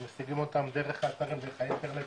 אז משיגים אותם דרך אתרים באינטרנט,